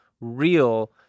real